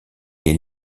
est